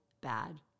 bad